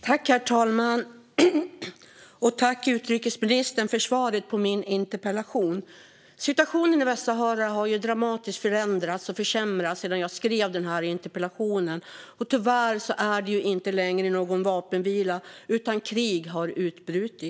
Herr talman! Tack, utrikesministern, för svaret på min interpellation! Situationen i Västsahara har dramatiskt förändrats och försämrats sedan jag skrev min interpellation. Det finns tyvärr inte längre någon vapenvila, utan krig har utbrutit.